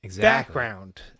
background